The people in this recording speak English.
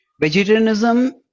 vegetarianism